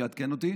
שיעדכן אותי,